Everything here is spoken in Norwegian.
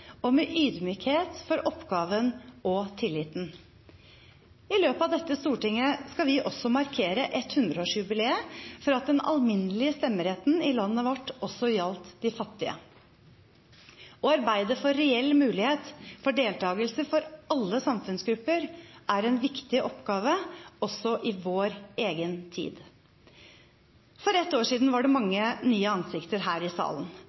og ydmykhet for oppgaven og tilliten. I løpet av dette stortinget skal vi også markere 100-årsjubileet for at den alminnelige stemmeretten i landet vårt også skulle gjelde de fattige. Å arbeide for en reell mulighet for deltakelse for alle samfunnsgrupper er en viktig oppgave også i vår egen tid. For ett år siden var det mange nye ansikter her i salen